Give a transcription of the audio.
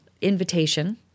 invitation